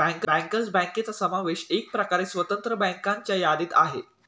bankers बँकांचा समावेश एकप्रकारे स्वतंत्र बँकांच्या यादीत आहे